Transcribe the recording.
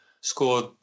scored